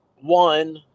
One